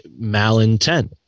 malintent